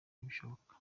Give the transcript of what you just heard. ntibishoboka